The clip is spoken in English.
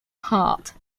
heart